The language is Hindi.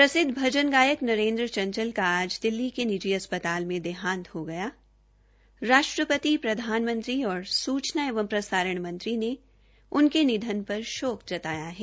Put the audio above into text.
प्रसिद्ध भजन गायक नरेंद्र चंचल का आज दिल्ली के निजी अस्पताल मे देहांत हो गया राष्ट्रपति प्रधानमंत्री और सुचना एवं प्रसारण मंत्री ने उनके निधन पर शोक जताया है